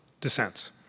dissents